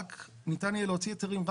לא ניתן יהיה להוציא היתרים מכוחה.